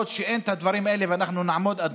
כל עוד אין את הדברים האלה אנחנו נעמוד בוועדת הכספים,